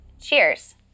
Cheers